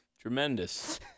tremendous